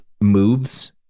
moves